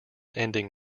ending